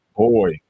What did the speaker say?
boy